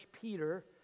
Peter